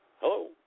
Hello